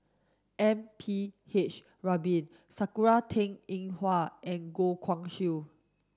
M P H Rubin Sakura Teng Ying Hua and Goh Guan Siew